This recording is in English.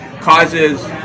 causes